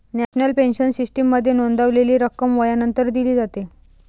national pension सिस्टीममध्ये नोंदवलेली रक्कम वयानंतर दिली जाते